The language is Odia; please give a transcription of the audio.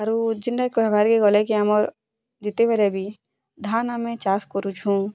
ଆରୁ ଯେନ୍ତା କହିବାର୍ କେ ଗଲେ କି ଆମର୍ ଯେତେବେଲେ ବି ଧାନ୍ ଆମେ ଚାଷ୍ କରୁଛୁଁ